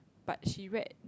but she read